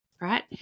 right